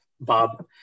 Bob